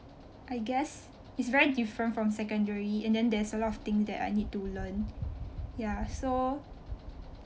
I guess it's very different from secondary and then there's a lot of thing that I need to learn ya so